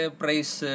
price